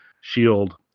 shield